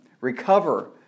recover